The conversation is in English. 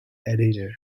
editor